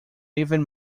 even